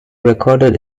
recorded